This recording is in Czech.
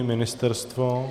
Ministerstvo?